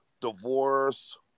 divorce